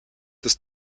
des